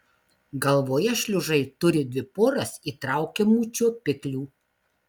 galvoje šliužai turi dvi poras įtraukiamų čiuopiklių